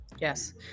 Yes